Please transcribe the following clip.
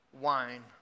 wine